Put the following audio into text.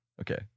Okay